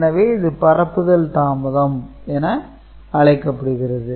எனவே இது பரப்புதல் தாமதம் என அழைக்கப்படுகிறது